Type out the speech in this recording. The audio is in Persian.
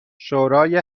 شورای